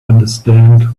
understand